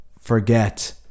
forget